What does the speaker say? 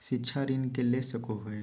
शिक्षा ऋण के ले सको है?